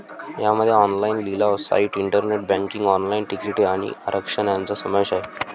यामध्ये ऑनलाइन लिलाव site, internet banking, online तिकिटे आणि आरक्षण यांचा समावेश आहे